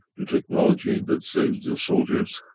the technology that saves your soldiers,